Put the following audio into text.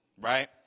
right